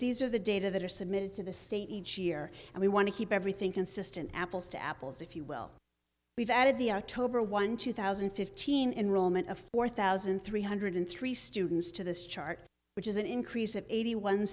these are the data that are submitted to the state each year and we want to keep everything consistent apples to apples if you will we've added the october one two thousand and fifteen enroll meant a four thousand three hundred three students to this chart which is an increase of eighty one